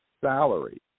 salary